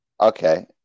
Okay